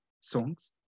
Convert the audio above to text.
songs